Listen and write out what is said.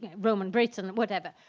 roman britain whatever,